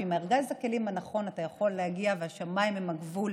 שעם ארגז הכלים הנכון אתה יכול להגיע והשמיים הם הגבול.